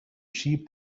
sheep